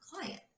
client